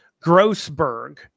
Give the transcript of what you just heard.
Grossberg